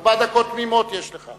ארבע דקות תמימות יש לך.